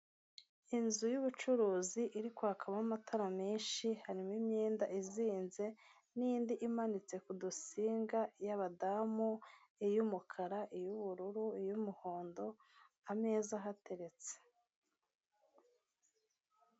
Inzu y'ubucuruzi iri kwakamo amatara menshi, harimo imyenda izinze n'indi imanitse ku dusinga y'abadamu, iy'umukara, iy'ubururu, iy'umuhondo, ameza ahateretse.